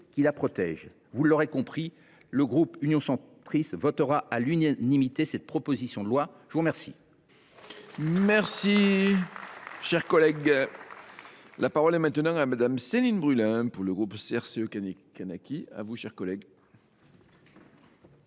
qui la protègent. Vous l’aurez compris, le groupe Union Centriste votera à l’unanimité cette proposition de loi, mes chers